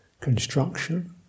construction